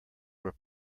were